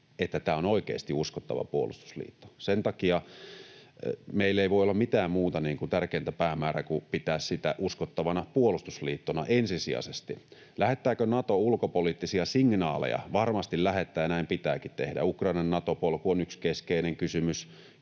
että tämä on oikeasti uskottava puolustusliitto. Sen takia meillä ei voi olla mitään muuta tärkeintä päämäärää kuin pitää sitä uskottavana puolustusliittona ensisijaisesti. Lähettääkö Nato ulkopoliittisia signaaleja? Varmasti lähettää, ja näin pitääkin tehdä. Ukrainan Nato-polku on yksi keskeinen kysymys,